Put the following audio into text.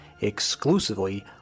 exclusively